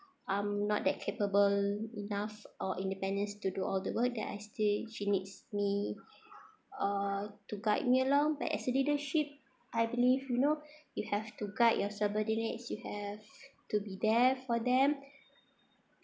I'm not that capable enough or independence to do all the work that I still she needs me or to guide me along but as a leadership I believe you know you have to guide your subordinates you have to be there for them